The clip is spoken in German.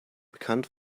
bekannt